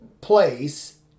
place